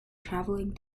travelling